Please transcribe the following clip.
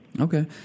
Okay